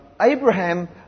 Abraham